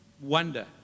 wonder